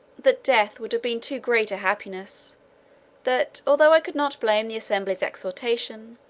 that death would have been too great a happiness that although i could not blame the assembly's exhortation,